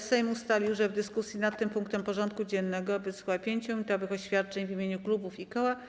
Sejm ustalił, że w dyskusji nad tym punktem porządku dziennego wysłucha 5-minutowych oświadczeń w imieniu klubów i koła.